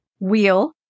wheel